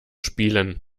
spielen